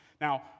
Now